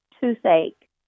toothache